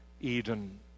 Eden